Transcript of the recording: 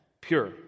pure